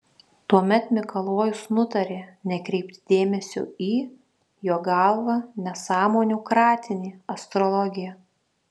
tuomet mikalojus nutarė nekreipti dėmesio į jo galva nesąmonių kratinį astrologiją